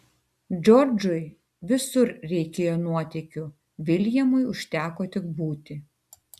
džordžui visur reikėjo nuotykių viljamui užteko tik būti